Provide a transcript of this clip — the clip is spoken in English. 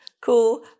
cool